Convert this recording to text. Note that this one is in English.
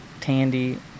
Tandy